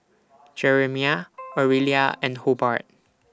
Jeremiah Orelia and Hobart